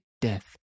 death